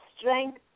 strength